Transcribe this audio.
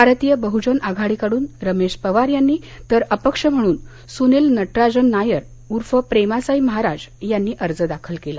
भारतीय बहुजन आघाडीकडून रमेश पवार यांनी तर अपक्ष म्हणून सुनील नटराजन नायर उर्फ प्रेमासाई महाराज यांनी अर्ज दाखल केला